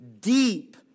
deep